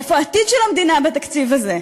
איפה העתיד של המדינה בתקציב הזה,